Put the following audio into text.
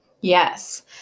Yes